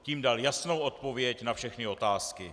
Tím dal jasnou odpověď na všechny otázky.